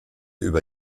über